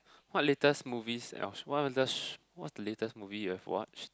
what latest movies yours what was the what the latest movie you have watched